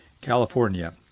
California